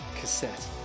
cassette